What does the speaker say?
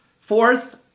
fourth